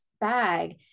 bag